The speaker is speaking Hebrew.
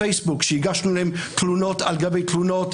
פייסבוק שהגשנו להם תלונות על גבי תלונות,